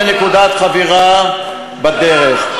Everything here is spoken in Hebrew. והכווינו לנקודת חבירה בדרך.